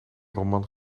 roman